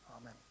Amen